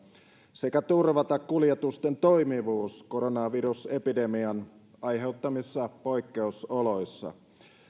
sekä turvata kuljetusten toimivuus koronavirusepidemian aiheuttamissa poikkeusoloissa